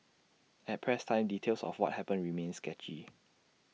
at press time details of what happened remained sketchy